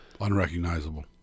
Unrecognizable